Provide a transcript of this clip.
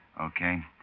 Okay